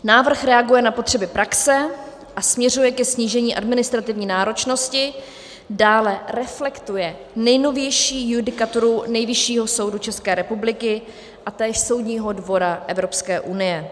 Návrh reaguje na potřeby praxe a směřuje ke snížení administrativní náročnosti, dále reflektuje nejnovější judikaturu Nejvyššího soudu České republiky a též Soudního dvora Evropské unie.